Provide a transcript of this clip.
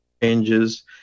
changes